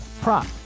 prop